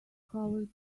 covered